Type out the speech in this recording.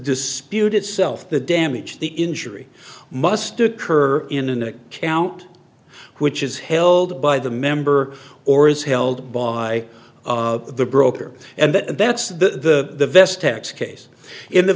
dispute itself the damage the injury must occur in an account which is held by the member or is held by the broker and that's the best tax case in the